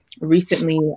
Recently